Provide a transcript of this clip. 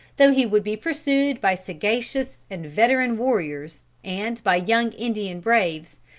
though he would be pursued by sagacious and veteran warriors and by young indian braves,